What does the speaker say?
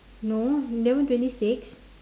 no eleven twenty six